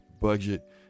budget